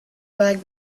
work